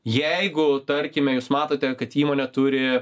jeigu tarkime jūs matote kad įmonė turi